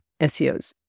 SEOs